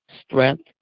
strength